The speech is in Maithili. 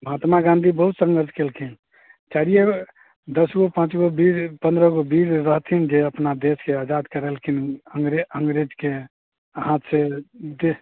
महात्मा गाँधी बहुत सङ्घर्ष कयलखिन चारिए दश गो पाँच गो बीर पन्द्रह गो बीर रहथिन जे अपना देशके आजाद करैलखिन अङ्ग्रेजके हाथ से